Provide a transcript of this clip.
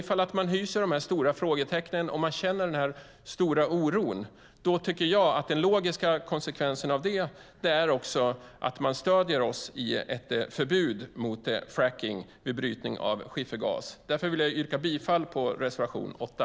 Ifall man hyser dessa stora frågetecken och känner denna stora oro tycker jag att den logiska konsekvensen är att man stöder oss i ett förbud mot fracking vid brytning av skiffergas. Därför vill jag yrka bifall till reservation 8.